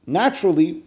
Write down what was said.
naturally